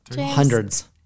Hundreds